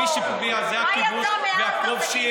מי שפוגע זה הכיבוש והכובשים,